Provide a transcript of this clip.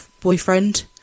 boyfriend